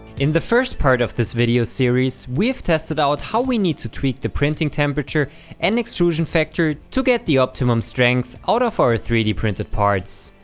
in the first part of this video series, we've tested out how we need to tweak the printing temperature and extrusion factor to get the optimum strength of our three d printed parts.